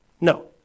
No